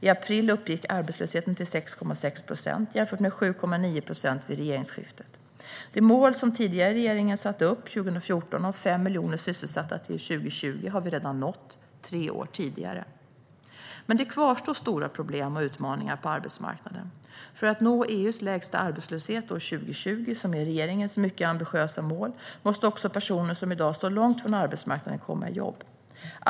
I april uppgick arbetslösheten till 6,6 procent, jämfört med 7,9 procent vid regeringsskiftet. Det mål som den tidigare regeringen satte upp 2014 om 5 miljoner sysselsatta till 2020 har vi redan nått - tre år tidigare. Men det kvarstår stora problem och utmaningar på arbetsmarknaden. För att nå regeringens mycket ambitiösa mål om att ha EU:s lägsta arbetslöshet år 2020 måste också personer som i dag står långt ifrån arbetsmarknaden komma i jobb.